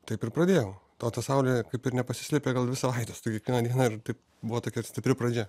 taip ir pradėjau o ta saulė kaip ir nepasislepė gal dvi savaites tai kiekvieną dieną ir taip buvo tokia stipri pradžia